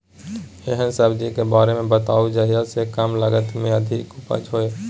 एहन सब्जी के बारे मे बताऊ जाहि सॅ कम लागत मे अधिक उपज होय?